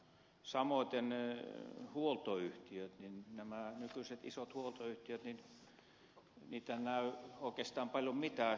samoiten näitä nykyisiä isoja huoltoyhtiöitä ei näy oikeastaan paljon yhtään